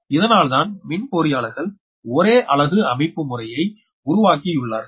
இதனால்தான் மின்பொறியாளர்கள் ஒரே அலகு அமைப்புமுறையை உருவாக்கியுள்ளார்கள்